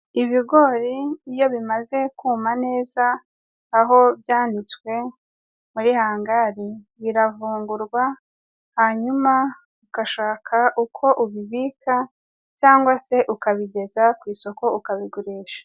Ibigori iyo bimaze kuma neza aho byanitswe muri hangari, biravungurwa hanyuma ugashaka uko ubibika cyangwa se ukabigeza ku isoko ukabigurisha.